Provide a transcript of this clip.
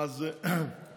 מה זה יישובים.